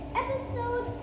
episode